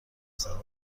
سواد